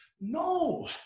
No